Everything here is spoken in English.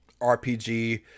rpg